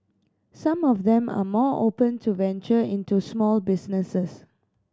some of them are more open to venture into small businesses